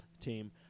team